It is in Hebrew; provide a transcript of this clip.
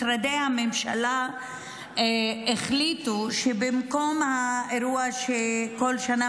משרדי הממשלה החליטו שבמקום האירוע שכל שנה